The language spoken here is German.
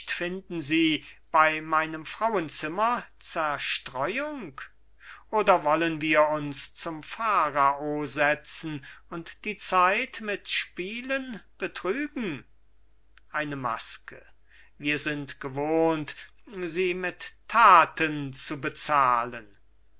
finden sie bei meinem frauenzimmer zerstreuung oder wollen wir uns zum pharao setzen und die zeit mit spielen betrügen eine maske wir sind gewohnt sie mit taten zu bezahlen